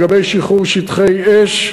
לגבי שחרור שטחי אש,